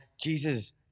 Jesus